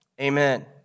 amen